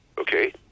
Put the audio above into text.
okay